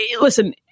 Listen